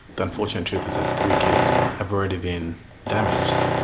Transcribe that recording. the unfortunate truth is that three kids have already been damaged.